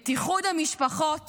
את איחוד המשפחות